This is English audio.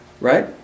Right